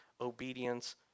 obedience